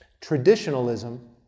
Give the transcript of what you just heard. Traditionalism